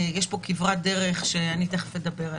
יש פה כברת דרך שאני תיכף אדבר עליה.